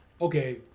okay